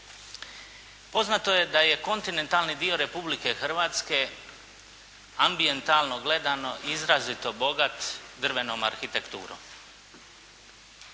Poznato je da je kontinentalni dio Republike Hrvatske, ambijentalno gledano izrazito bogat drvenom arhitekturom.